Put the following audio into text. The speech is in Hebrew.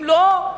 אם לא,